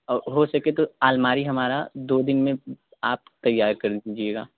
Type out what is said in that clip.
और हो सके तो आलमारी हमारा दो दिन में आप तैयार कर दीजिएगा